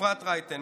אפרת רייטן,